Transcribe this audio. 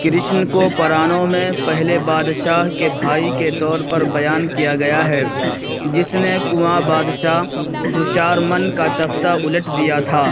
کرشن کو پرانوں میں پہلے بادشاہ کے بھائی کے طور پر بیان کیا گیا ہے جس نے کنوا بادشاہ سشارمن کا تختہ الٹ دیا تھا